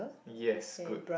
yes good